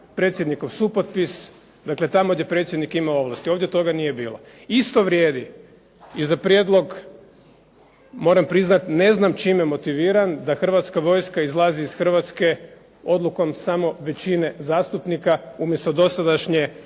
predsjednikov supotpis dakle tamo gdje predsjednik ima ovlasti, ovdje toga nije bilo. Isto vrijedi i za prijedlog, moram priznat ne znam čime motiviran da Hrvatska vojska izlazi iz Hrvatske odlukom samo većine zastupnika umjesto dosadašnje